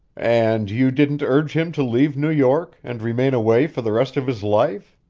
and you didn't urge him to leave new york and remain away for the rest of his life?